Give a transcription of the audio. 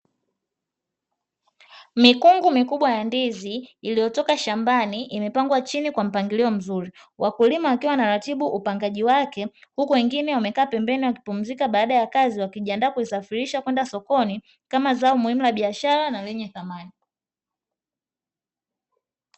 Mikungu mikubwa ya ndizi iliyotoka shambani, imepangwa chini kwa mpangilio mzuri, wakulima wakiwa wanaratibu upangaji wake, huku wengine wamekaa pembeni wakipumzika baada ya kazi wakijiandaa kuisafirisha kwenda sokoni kama zao muhimu la biashara na lenye thamani